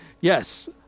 yes